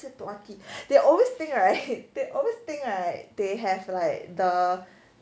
dua ki they always think right they always think right they have like the